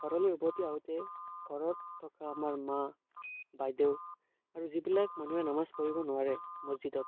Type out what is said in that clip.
ঘৰলৈ উভতি আহোঁতে ঘৰত থকা আমাৰ মা বাইদেউ আৰু যিবিলাক মানুহে নামাজ পঢ়িব নোৱাৰে মছজিদত